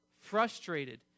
frustrated